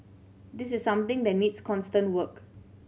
this is something that needs constant work